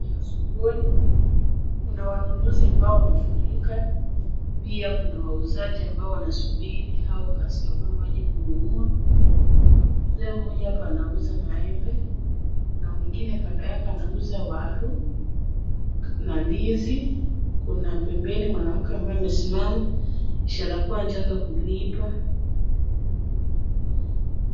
Sokoni kuna wanunuzi ambao wamefurika ,pia kuna wauzaji ambao wanasubiri hao customer waje kununua, kuna mzee mmoja hapa anauza maembe ,kuna mwingine kando yake anauza waru na ndizi ,kuna pembeni mwanamke ambaye amesimama ishara kuwa anataka kulipa.